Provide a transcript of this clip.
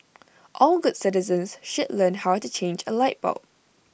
all good citizens should learn how to change A light bulb